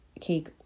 cake